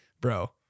bro